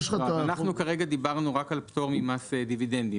אנחנו כרגע דיברנו רק על פטור ממס דיבידנדים.